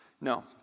No